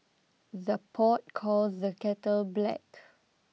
the pot calls the kettle black